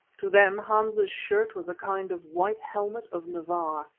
to them hans's shirt was a kind of white helmet of navarre.